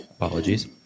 Apologies